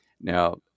Now